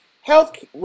health